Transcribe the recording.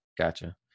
Gotcha